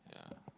yeah